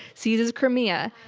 seizes crimea,